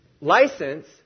license